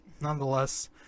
nonetheless